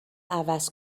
عوض